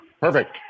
Perfect